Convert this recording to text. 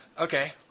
Okay